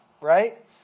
right